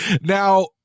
Now